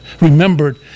remembered